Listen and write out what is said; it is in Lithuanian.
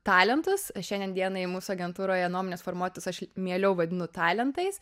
talentus šiandien dienai mūsų agentūroje nuomonės formuotojus aš mieliau vadinu talentais